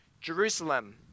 Jerusalem